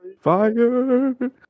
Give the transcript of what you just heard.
Fire